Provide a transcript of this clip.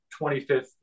25th